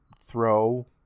throw